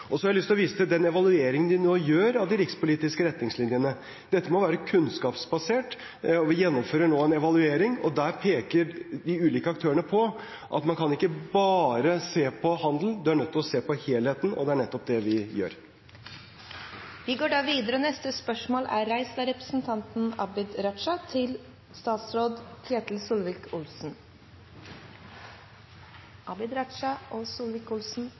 Så har jeg lyst til å vise til den evalueringen vi nå gjør av de rikspolitiske retningslinjene. Dette må være kunnskapsbasert, og vi gjennomfører nå en evaluering. Der peker de ulike aktørene på at man ikke bare kan se på handel, man er nødt til å se på helheten – og det er nettopp det vi gjør. «Venstre og regjeringen er enige om at vi trenger et grønt skifte, og det er